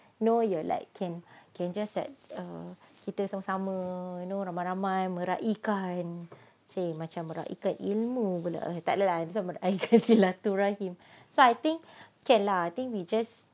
know you are like can can just like uh kita sama sama you know ramai ramai meraikan !chey! macam meraikan ilmu pulak tak ada lah saja mengeratkan silaturahim so I think can lah I think we just